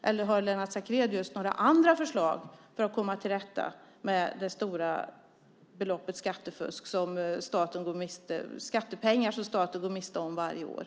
Eller har Lennart Sacrédeus några andra förslag för att vi ska kunna komma till rätta med de stora skattepengar som staten varje går miste om till följd av skattefusk?